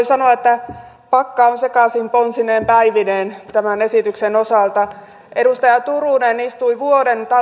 sanoa pakka on sekaisin ponsineen päivineen hallituksen esityksen osalta edustaja turunen istui vuoden